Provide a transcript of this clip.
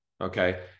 Okay